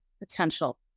potential